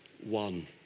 one